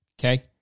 okay